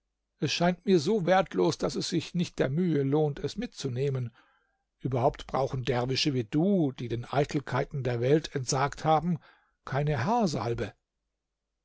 es scheint mir so wertlos daß es sich nicht der mühe lohnt es mitzunehmen überhaupt brauchen derwische wie du die den eitelkeiten der welt entsagt haben keine haarsalbe